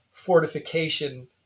fortification